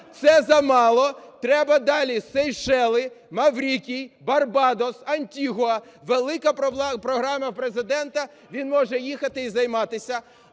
Це замало, треба далі – Сейшели, Маврикій, Барбадос, Антигуа. Велика програма в Президента, він може їхати і займатися.